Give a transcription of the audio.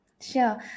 Sure